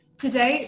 Today